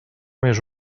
més